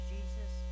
Jesus